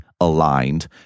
aligned